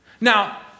Now